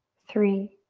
three,